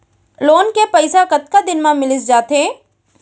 Loan के पइसा कतका दिन मा मिलिस जाथे?